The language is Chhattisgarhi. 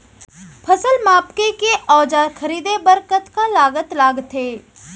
फसल मापके के औज़ार खरीदे बर कतका लागत लगथे?